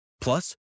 Plus